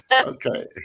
Okay